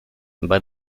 bei